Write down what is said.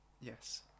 Yes